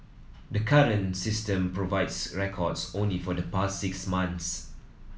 the current system provides records only for the past six months